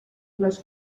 les